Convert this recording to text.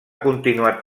continuat